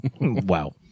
Wow